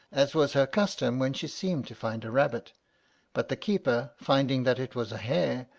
as was her custom when she seemed to find a rabbit but the keeper, finding that it was a hare,